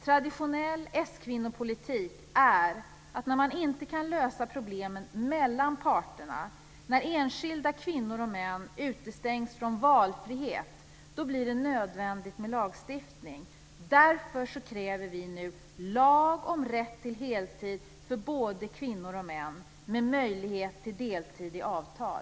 Traditionell s-kvinnopolitik är att när man inte kan lösa problemen mellan parterna och när enskilda kvinnor och män utestängs från valfrihet, då blir det nödvändigt med lagstiftning. Därför kräver vi nu lag om rätt till heltid för både kvinnor och män med möjlighet till deltid i avtal.